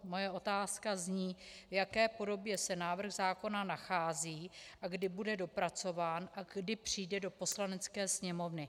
Moje otázka zní, v jaké podobě se návrh zákona nachází a kdy bude dopracován a kdy přijde do Poslanecké sněmovny.